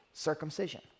circumcision